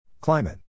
Climate